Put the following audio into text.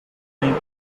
linked